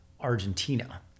Argentina